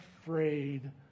afraid